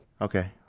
Okay